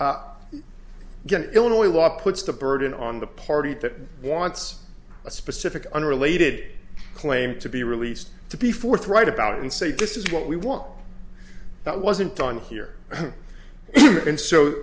it's illinois law puts the burden on the party that wants a specific unrelated claim to be released to be forthright about it and say this is what we want that wasn't done here and so